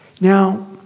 Now